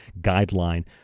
guideline